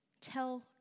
Tell